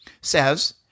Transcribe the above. says